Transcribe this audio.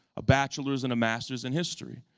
a bachelor's and a master's, in history.